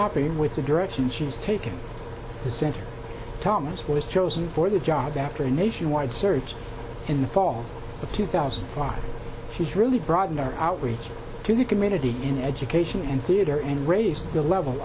happy with the direction she's taking the center thomas was chosen for the job after a nationwide search in the fall of two thousand and five she's really broadened our outreach to the community in education and theater and raise the level